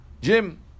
Jim